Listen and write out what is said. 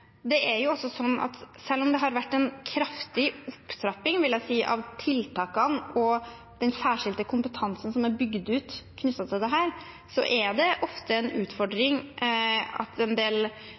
Selv om det har vært en kraftig opptrapping av tiltakene og den særskilte kompetansen som er bygd ut i forbindelse med dette, er det ofte en utfordring at en del